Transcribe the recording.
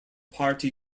party